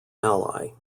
ally